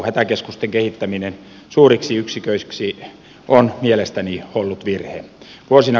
hätäkeskusten kehittäminen suuriksi yksiköiksi on mielestäni ollut virhe